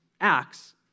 Acts